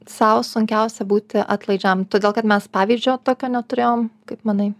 sau sunkiausia būti atlaidžiam todėl kad mes pavyzdžio tokio neturėjom kaip manai